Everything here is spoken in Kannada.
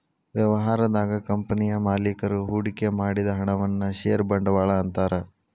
ವ್ಯವಹಾರದಾಗ ಕಂಪನಿಯ ಮಾಲೇಕರು ಹೂಡಿಕೆ ಮಾಡಿದ ಹಣವನ್ನ ಷೇರ ಬಂಡವಾಳ ಅಂತಾರ